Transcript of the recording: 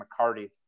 mccarty